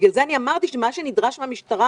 בגלל זה אמרתי שמה שנדרש מן המשטרה